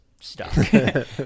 stuck